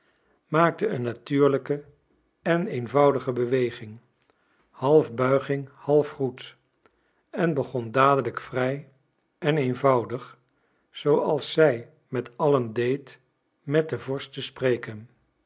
maakte een natuurlijke en eenvoudige beweging half buiging half groet en begon dadelijk vrij en eenvoudig zooals zij met allen deed met den vorst te spreken